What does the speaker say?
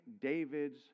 David's